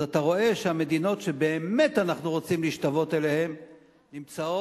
אז אתה רואה שהמדינות שבאמת אנחנו רוצים להשתוות אליהן נמצאות